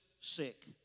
sick